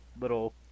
little